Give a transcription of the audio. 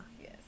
Yes